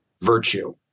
virtue